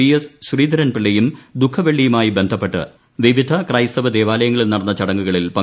P S ശ്രീധരൻപിള്ളയും ദുഖഃവെള്ളിയുമായി ബന്ധപ്പെട്ട് വിവിധ ക്രൈസ്തവ ദേവാലയങ്ങളിൽ നടന്ന ചടങ്ങുകളിൽ പങ്കെടുത്തു